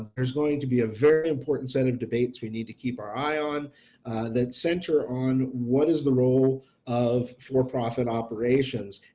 there's going to be a very important set of debates we need to keep our eye on that center on what is the role of for-profit operations,